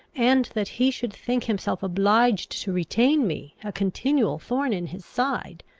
and that he should think himself obliged to retain me a continual thorn in his side,